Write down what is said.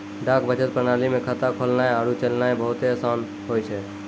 डाक बचत प्रणाली मे खाता खोलनाय आरु चलैनाय बहुते असान होय छै